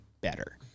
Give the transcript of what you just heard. better